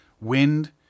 wind